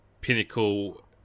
pinnacle